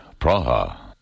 Praha